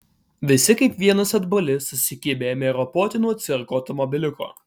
visi kaip vienas atbuli susikibę ėmė ropoti nuo cirko automobiliuko